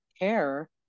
care